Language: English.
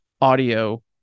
audio